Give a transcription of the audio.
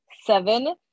seven